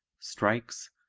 strikes,